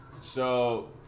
so-